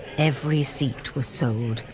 every seat was sold,